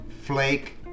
flake